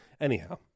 Anyhow